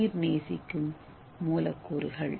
நீர் நேசிக்கும் மூலக்கூறுகள்